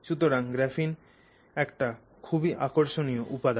সুতরাং গ্রাফিন একটা খুবই আকর্ষণীয় উপাদান